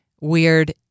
weird